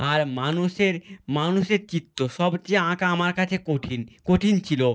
আর মানুষের মানুষের চিত্ত সবচেয়ে আঁকা আমার কাছে কঠিন কঠিন ছিলো